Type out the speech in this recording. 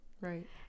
Right